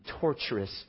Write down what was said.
torturous